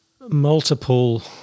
multiple